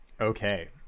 Okay